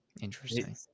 Interesting